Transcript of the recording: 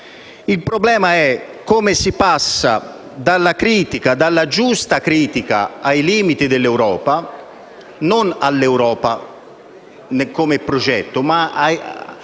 Il problema è come si passa dalla giusta critica ai limiti dell'Europa (non all'Europa come progetto, ma agli